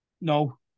no